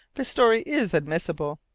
the story is admissible,